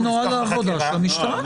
זה נוהל עבודה של המשטרה.